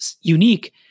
unique